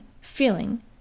feeling